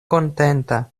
kontenta